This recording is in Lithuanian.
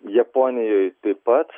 japonijoj taip pat